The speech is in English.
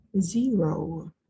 zero